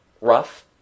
rough